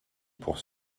pour